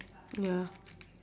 ya